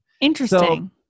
Interesting